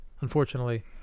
unfortunately